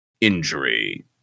injury